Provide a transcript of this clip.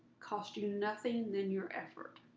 cost you nothing than your effort.